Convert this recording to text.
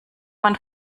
man